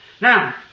Now